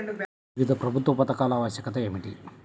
వివిధ ప్రభుత్వా పథకాల ఆవశ్యకత ఏమిటి?